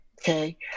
Okay